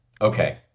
Okay